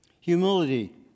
Humility